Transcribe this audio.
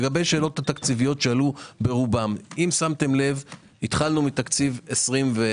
לגבי השאלות התקציביות שהוכלו ברובן - התחלנו מתקציב 22'